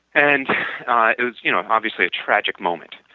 and it was you know obviously a tragic moment.